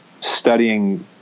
studying